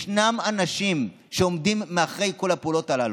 ישנם אנשים שעומדים מאחורי כל הפעולות הללו.